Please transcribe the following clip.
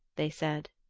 they said.